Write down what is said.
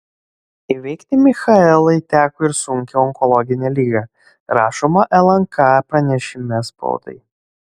įveikti michaelai teko ir sunkią onkologinę ligą rašoma lnk pranešime spaudai